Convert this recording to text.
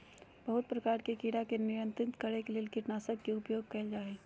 बहुत प्रकार के कीड़ा के नियंत्रित करे ले कीटनाशक के उपयोग कयल जा हइ